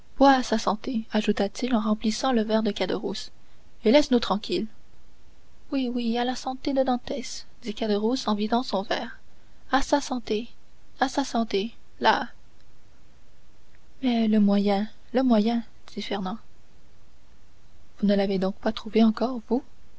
sa santé ajouta-t-il en remplissant le verre de caderousse et laisse-nous tranquilles oui oui à la santé de dantès dit caderousse en vidant son verre à sa santé à sa santé là mais le moyen le moyen dit fernand vous ne l'avez donc pas trouvé encore vous